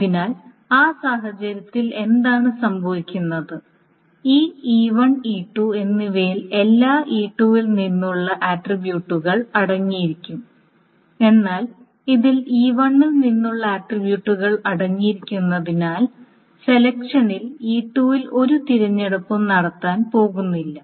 അതിനാൽ ആ സാഹചര്യത്തിൽ എന്താണ് സംഭവിക്കുന്നത് ഈ E1 E2 എന്നിവയിൽ എല്ലാ E2 ൽ നിന്നുമുള്ള ആട്രിബ്യൂട്ടുകൾ അടങ്ങിയിരിക്കും എന്നാൽ ഇതിൽ E1 ൽ നിന്നുള്ള ആട്രിബ്യൂട്ടുകൾ അടങ്ങിയിരിക്കുന്നതിനാൽ സെലക്ഷനിൽ E2 ൽ ഒരു തിരഞ്ഞെടുപ്പും നടത്താൻ പോകുന്നില്ല